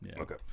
Okay